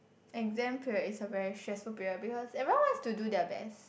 exam period is a very stressful period because everyone wants to do their best